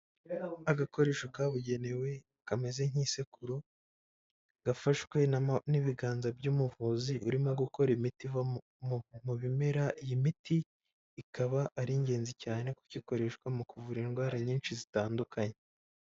Agakoresho kabugenewe kameze nk'isekuru gafashwe n'ibiganza by'umuvuzi urimo gukora imiti iva mu bimera, iyi miti ikaba ari ingenzi cyane kuko ikoreshwa mu kuvura indwara nyinshi zitandukanye.